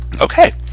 okay